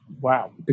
wow